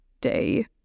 day